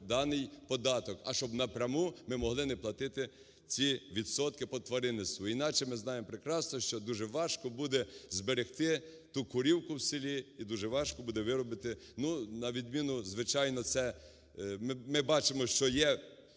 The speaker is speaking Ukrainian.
даний податок, а щоб напряму ми могли не платити ці відсотки по тваринництву. Інакше, ми знаємо прекрасно, що дуже важко буде зберегти ту корівку в селі і дуже важко буде виробити… Ну, на відміну, звичайно, це ми бачимо, що